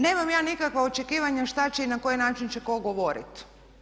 Nemam ja nikakva očekivanja šta će i na koji način će tko govoriti.